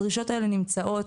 הדרישות האלה נמצאות,